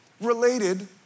related